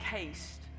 haste